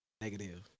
negative